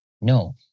No